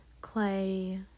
Clay